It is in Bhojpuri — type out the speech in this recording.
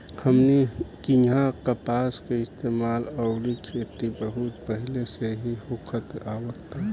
हमनी किहा कपास के इस्तेमाल अउरी खेती बहुत पहिले से ही होखत आवता